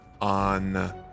on